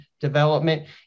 Development